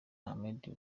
ahmed